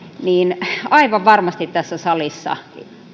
niin aivan varmasti tässä salissa